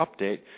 update